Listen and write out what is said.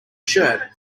shirt